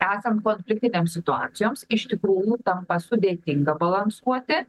esant konfliktinėm situacijoms iš tikrųjų tampa sudėtinga balansuoti